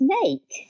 snake